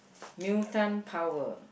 mutant power